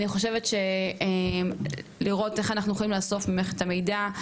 אני חושבת שלראות איך אנחנו יכולים לאסוף ממך את המידע.